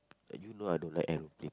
uh you know I don't like aeroplane